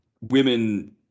women